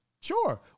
sure